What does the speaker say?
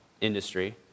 industry